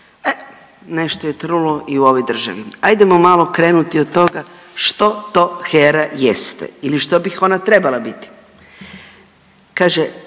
E nešto je trulo i u ovoj državi. Ajdemo malo krenuti od toga što to HERA jeste ili što bih ona trebala biti. Kaže